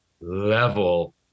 level